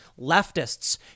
leftists